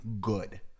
good